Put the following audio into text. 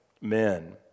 men